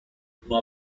grew